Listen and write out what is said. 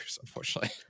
unfortunately